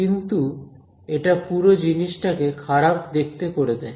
কিন্তু এটা পুরো জিনিসটা কে খারাপ দেখতে করে দেয়